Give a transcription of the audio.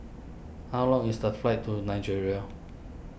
how long is the flight to Nigeria